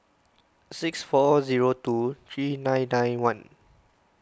six four zero two three nine nine one